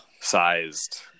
sized